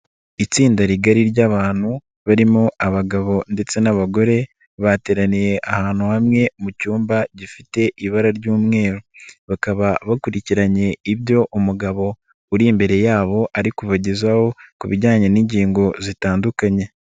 Itsinda rigari ry'abantu barimo abagabo ndetse n'abagore bateraniye ahantu hamwe mu cyumba gifite ibara ry'umweru, bakaba bakurikiranye ibyo umugabo uri imbere yabo ari kubagezaho ku bijyanye n'ingingo zitandukanye.